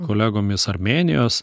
kolegomis armėnijos